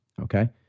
Okay